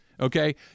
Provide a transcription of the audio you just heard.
okay